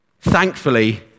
thankfully